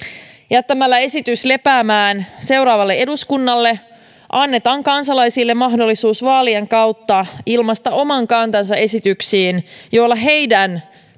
jättämällä esitys lepäämään seuraavalle eduskunnalle annetaan kansalaisille mahdollisuus vaalien kautta ilmaista oma kantansa esityksiin joilla heidän